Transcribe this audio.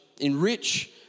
enrich